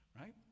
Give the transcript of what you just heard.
Right